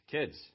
Kids